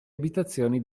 abitazioni